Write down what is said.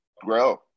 grow